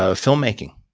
ah filmmaking.